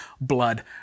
blood